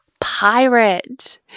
Pirate